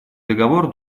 договор